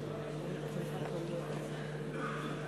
גלעד ארדן, סליחה, כמעט